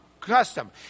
custom